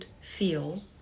feel